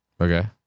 Okay